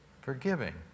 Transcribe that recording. Forgiving